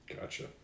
Gotcha